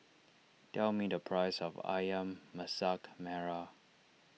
tell me the price of Ayam Masak Merah